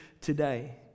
today